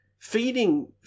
feeding